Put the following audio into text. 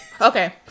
okay